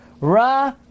Ra